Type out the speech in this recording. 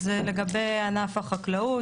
לגבי ענף החקלאות,